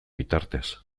bitartez